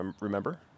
remember